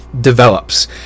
develops